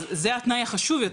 אז זה התנאי החשוב יותר,